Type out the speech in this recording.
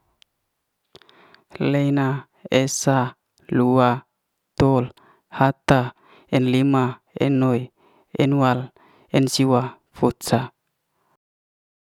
Lei'na, esa, lu'wa, tol, hata, en lima, e'noi, en'wal, en'siwa. fut'sa